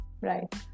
Right